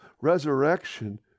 resurrection